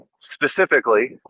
specifically